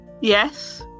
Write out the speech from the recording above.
Yes